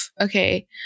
okay